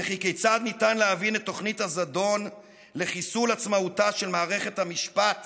וכי כיצד ניתן להבין את תוכנית הזדון לחיסול עצמאותה של מערכת המשפט